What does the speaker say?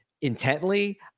intently